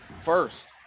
first